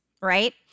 right